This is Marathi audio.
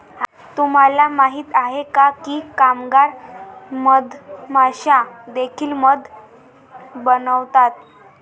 तुम्हाला माहित आहे का की कामगार मधमाश्या देखील मध बनवतात?